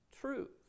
truth